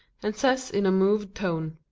and says in a moved tone.